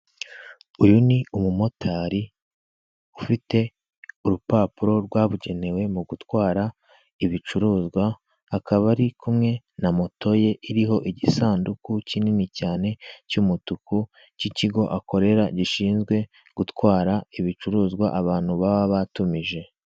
Uyu ni umumotari ufite urupapuro rwabugenewe mu gutwara ibicuruzwa, akaba ari kumwe na moto ye iriho igisanduku kinini cyane cy'umutuku cy'ikigo akorera gishinzwe gutwara ibicuruzwa abantu baba batumije.